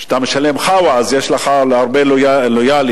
כשאתה משלם "חאווה" יש לך הרבה לויאליות.